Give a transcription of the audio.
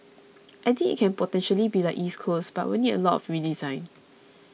I think it can potentially be like East Coast but it will need a lot of redesign